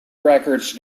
records